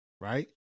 Right